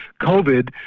COVID